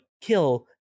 kill